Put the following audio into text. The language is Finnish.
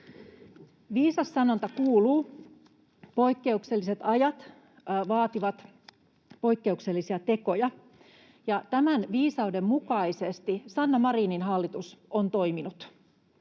Viisas sanonta kuuluu: ”Poikkeukselliset ajat vaativat poikkeuksellisia tekoja.” Tämän viisauden mukaisesti Sanna Marinin hallitus on toiminut.